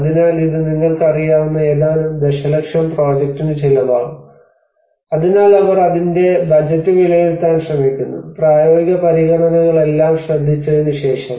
അതിനാൽ ഇത് നിങ്ങൾക്കറിയാവുന്ന ഏതാനും ദശലക്ഷം പ്രോജക്റ്റിന് ചിലവാകും അതിനാൽ അവർ അതിന്റെ ബജറ്റ് വിലയിരുത്താൻ ശ്രമിക്കുന്നു പ്രായോഗിക പരിഗണനകൾ എല്ലാം ശ്രദ്ധിച്ചതിനുശേഷം